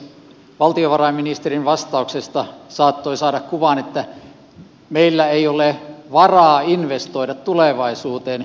valtiovarainministerin vastauksesta saattoi saada kuvan että meillä ei ole varaa investoida tulevaisuuteen